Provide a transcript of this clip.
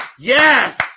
yes